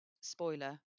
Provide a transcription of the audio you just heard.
Spoiler